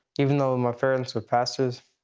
even though my parents are pastors,